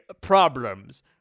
problems